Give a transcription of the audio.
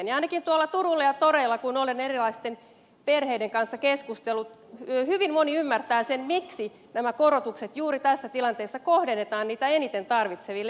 ainakin tuolla turuilla ja toreilla kun olen erilaisten perheiden kanssa keskustellut hyvin moni ymmärtää sen miksi nämä korotukset juuri tässä tilanteessa kohdennetaan niitä eniten tarvitseville